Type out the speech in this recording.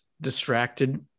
distracted